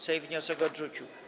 Sejm wniosek odrzucił.